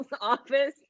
office